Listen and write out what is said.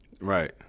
right